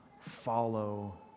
follow